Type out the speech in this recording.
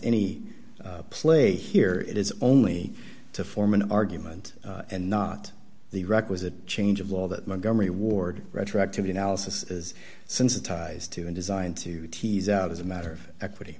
any play here it is only to form an argument and not the requisite change of law that montgomery ward retroactively analysis is sensitized to and designed to tease out as a matter of equity